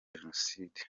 jenoside